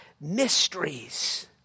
mysteries